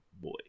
boy